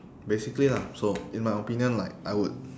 basically lah so in my opinion like I would